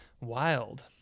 wild